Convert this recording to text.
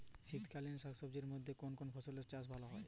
শীতকালীন শাকসবজির মধ্যে কোন কোন ফসলের চাষ ভালো হয়?